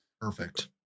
perfect